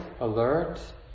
alert